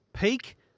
Peak